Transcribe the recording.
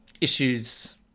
issues